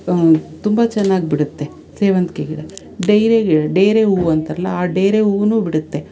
ತುಂಬ ಚೆನ್ನಾಗಿ ಬಿಡುತ್ತೆ ಸೇವಂತಿಗೆ ಗಿಡ ಡೇರೆ ಗಿಡ ಡೇರೆ ಹೂ ಅಂತಾರಲ್ಲ ಆ ಡೇರೆ ಹೂವೂ ಬಿಡುತ್ತೆ